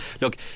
look